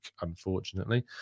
unfortunately